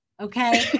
Okay